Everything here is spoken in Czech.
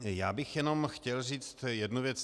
Já bych jenom chtěl říci jednu věc.